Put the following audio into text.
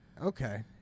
Okay